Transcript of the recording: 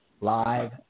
live